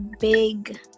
big